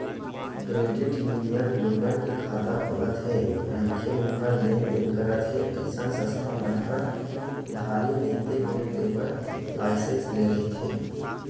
credit union लोगन के खाता खोलत हे मनखे मन ह लेन देन करत हे अइसन संस्था मन ह उधारी नइते लोन देय बर लाइसेंस लेय रहिथे